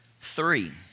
three